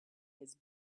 his